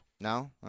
No